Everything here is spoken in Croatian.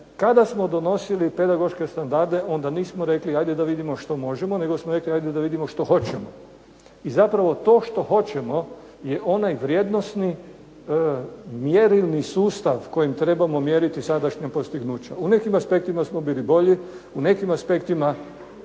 Kada smo donosili pedagoške standarde onda nismo rekli ajde da vidimo što možemo, nego smo rekli ajde da vidimo što hoćemo. I zapravo to što hoćemo je onaj vrijednosni mjerilni sustav kojim trebamo mjeriti sadašnja postignuća. U nekim aspektima smo bili bolji, u nekim aspektima